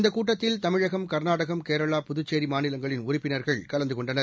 இந்தக் கூட்டத்தில் தமிழகம் கர்நாடகம் கேரளா புதுச்சேரி மாநிலங்களின் உறுப்பினர்கள் கலந்து கொண்டனர்